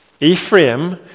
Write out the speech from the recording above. Ephraim